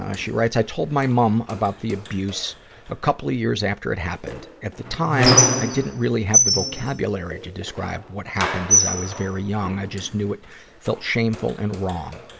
ah she writes, i told my mum about the abuse a couple of years after it happened. at the time, i didn't really have the vocabulary to describe what happened, as i was very young. i just knew it felt shameful and wrong.